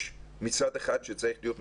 יש משרד אחד שצריך להיות מתוקצב,